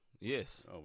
yes